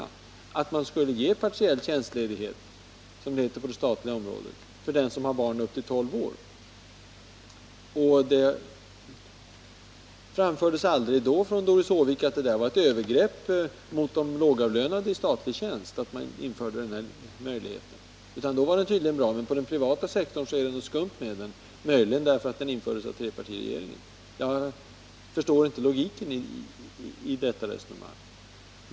I det föreskrevs att man skulle medge partiell tjänstledighet, som det heter på det statliga området, för dem som har barn upp till 12 års ålder. Det framfördes aldrig från Doris Håvik när detta infördes att det var ett övergrepp mot de lågavlönade i statlig tjänst. Då var det tydligen bra, men på den privata sektorn menar man att det är något skumt med reformen, möjligen därför att den infördes av trepartiregeringen. Jag förstår inte logiken i detta resonemang.